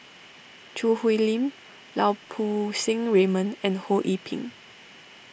Choo Hwee Lim Lau Poo Seng Raymond and Ho Yee Ping